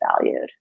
valued